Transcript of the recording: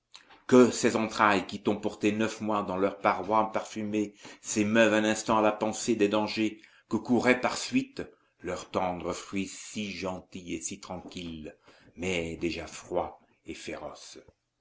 que ses entrailles qui t'ont porté neuf mois dans leurs parois parfumées s'émeuvent un instant à la pensée des dangers que courrait par suite leur tendre fruit si gentil et si tranquille mais déjà froid et féroce